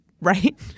Right